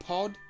Pod